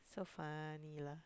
so funny lah